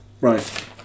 right